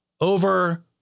over